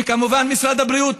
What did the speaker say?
וכמובן משרד הבריאות,